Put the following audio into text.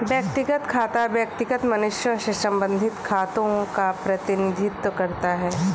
व्यक्तिगत खाता व्यक्तिगत मनुष्यों से संबंधित खातों का प्रतिनिधित्व करता है